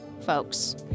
folks